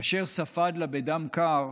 כאשר ספד לה בדם קר